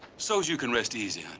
so's you can rest easy, ah